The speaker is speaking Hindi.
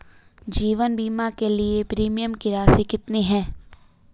जीवन बीमा के लिए प्रीमियम की राशि कितनी है?